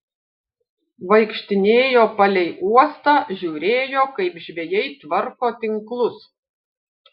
vaikštinėjo palei uostą žiūrėjo kaip žvejai tvarko tinklus